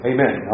Amen